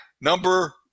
number